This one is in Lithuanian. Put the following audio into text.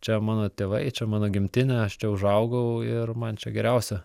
čia mano tėvai čia mano gimtinė aš čia užaugau ir man čia geriausia